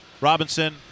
Robinson